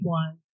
one